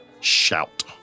shout